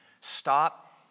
Stop